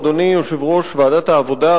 אדוני יושב-ראש ועדת העבודה,